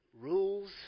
rules